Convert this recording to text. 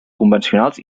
convencionals